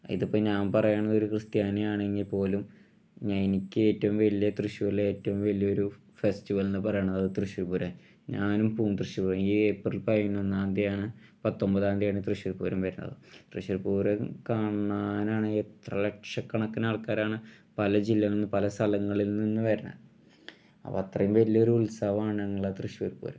ഇതിപ്പം ഞാൻ പറയുന്നതൊരു ക്രിസ്ത്യാനി ആണെങ്കിൽ പോലും എനിക്ക് ഏറ്റവും വലിയ തൃശ്ശൂരിൽ ഏറ്റവും വലിയൊരു ഫെസ്റ്റിവൽ എന്ന് പറയുന്നത് തൃശ്ശൂർ പൂരം ഞാനും പോവും തൃശ്ശൂർ ഈ ഏപ്രിൽ പതിനൊന്നാന്തിയാണ് പത്തൊമ്പതാന്തിയാണ് തൃശ്ശൂർ പൂരം വരുന്നത് തൃശ്ശൂർ പൂരം കാണാനായി എത്ര ലക്ഷക്കണക്കിന് ആൾക്കാരാണ് പല ജില്ലകളിൽ നിന്നും പല സ്ഥലങ്ങളിൽ നിന്നും വരുന്നത് അപ്പം അത്രയും വലിയ ഒരു ഉത്സവമാണ് ഞങ്ങളെ തൃശ്ശൂർ പൂരം